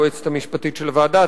היועצת המשפטית של הוועדה,